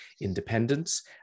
independence